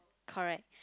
correct